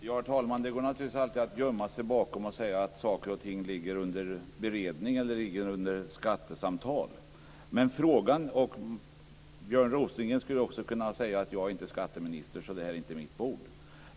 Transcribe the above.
Herr talman! Det går naturligtvis alltid att gömma sig bakom att saker och ting ligger för beredning eller i skattesamtal. Björn Rosengren skulle också kunna säga: Jag är inte skatteminister, så det här är inte mitt bord.